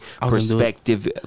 Perspective